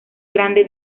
grande